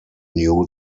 knew